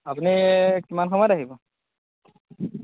আপুনি কিমান সময়ত আহিব